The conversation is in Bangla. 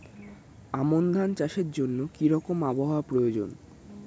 আমন ধান চাষের জন্য কি রকম আবহাওয়া প্রয়োজন?